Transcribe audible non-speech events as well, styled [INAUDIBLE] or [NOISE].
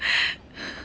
[LAUGHS]